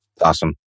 Awesome